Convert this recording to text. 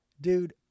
dude